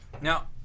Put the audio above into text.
Now